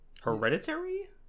Hereditary